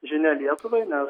žinia lietuvai nes